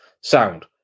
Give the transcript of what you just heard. sound